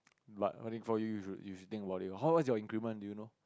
but what thing call you you should think about this how much your increment do you know